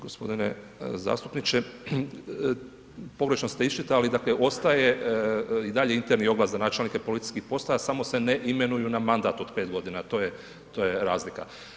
g. Zastupniče, pogrešno ste isčitali, dakle, ostaje i dalje interni oglas za načelnike policijskih postaja, samo se ne imenuju na mandat od 5.g., to je razlika.